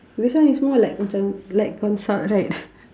this one is more like macam like consult right